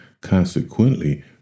Consequently